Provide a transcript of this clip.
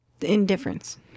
Indifference